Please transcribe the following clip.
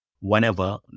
whenever